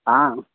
हा